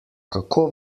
kako